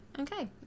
Okay